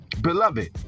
beloved